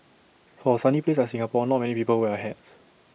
for A sunny place like Singapore not many people wear A hat